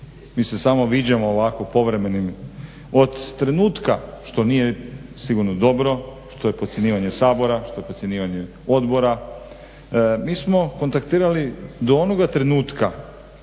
samo viđamo ovako povremenim od trenutka što sigurno nije dobro što je podcjenjivanje Sabora, što je podcjenjivanje odbora. Mi smo kontaktirali do onoga trenutka